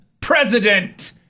President